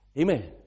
Amen